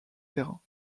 terrains